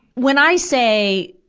when i say,